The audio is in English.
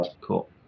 Cool